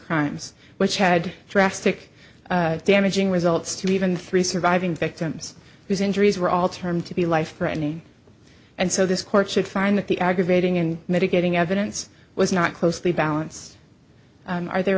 crimes which had drastic damaging results to even three surviving victims whose injuries were all term to be life threatening and so this court should find that the aggravating and mitigating evidence was not closely balance are there